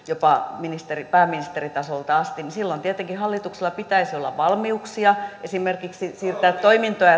jopa ministeri pääministeritasolta asti niin silloin tietenkin hallituksella pitäisi olla valmiuksia esimerkiksi siirtää toimintoja